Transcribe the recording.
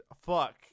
Fuck